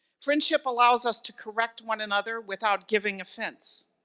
friendship allows us to correct one another without giving offence,